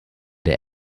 der